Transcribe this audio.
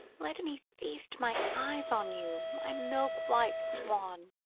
let me feast my eyes on you, my milk-white swan!